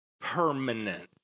permanent